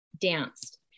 danced